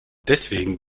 deswegen